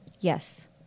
Yes